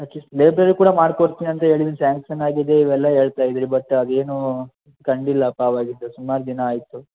at least library ಕೂಡ ಮಾಡಿಕೊಡ್ತೀನಿ ಅಂತ ಹೇಳಿದ್ರಿ ಸ್ಯಾಂಕ್ಷನ್ ಆಗಿದೆ ಇವೆಲ್ಲ ಹೇಳ್ತಾಯಿದ್ದಿರಿ ಬಟ್ ಅದೇನೂ ಕಂಡಿಲ್ಲಪ್ಪ ಅವಾಗಿಂದ ಸುಮಾರು ದಿನ ಆಯಿತು